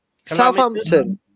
Southampton